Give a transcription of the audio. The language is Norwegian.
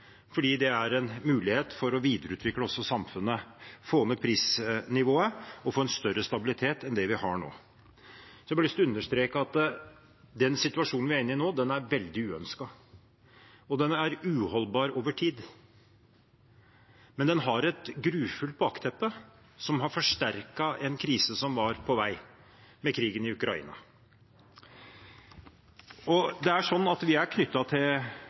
fordi det er en mulighet for å videreutvikle også samfunnet, få ned prisnivået og få større stabilitet enn det vi har nå. Og jeg har bare lyst til å understreke at den situasjonen vi er inne i nå, er veldig uønsket, og den er uholdbar over tid. Men den har et grufullt bakteppe – krigen i Ukraina – som har forsterket en krise som var på vei. Vi er knyttet til